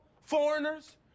Foreigners